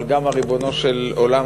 אבל גם ריבונו של עולם,